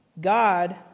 God